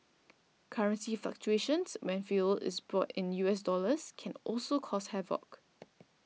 currency fluctuations when fuel is bought in U S dollars can also cause havoc